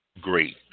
great